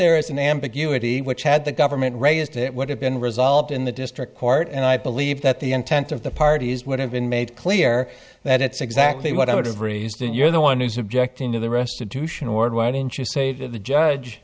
there is an ambiguity which had the government raised it would have been resolved in the district court and i believe that the intent of the parties would have been made clear that it's exactly what i would have raised and you're the one who's objecting to the restitution word why didn't you say to the judge